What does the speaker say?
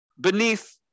beneath